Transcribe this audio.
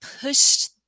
pushed